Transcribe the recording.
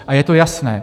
A je to jasné.